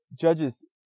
judges